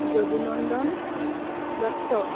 Jadu Nandan Dutta